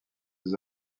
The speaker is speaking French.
des